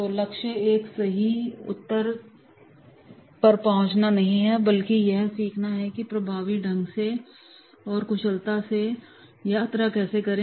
तो लक्ष्य एक सही उत्तर पर पहुंचना नहीं है बल्कि यह सीखना है कि प्रभावी ढंग से और कुशलता से उत्तर की यात्रा कैसे करें